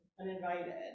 uninvited